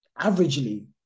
averagely